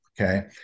okay